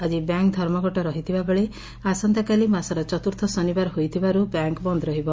ଆକି ବ୍ୟାଙ୍କ୍ ଧର୍ମଘଟ ରହିଥିବାବେଳେ ଆସନ୍ତାକାଲି ମାସର ଚତୁର୍ଥି ଶନିବାର ହୋଇଥିବାରୁ ବ୍ୟାଙ୍ ବଦ୍ ରହିବ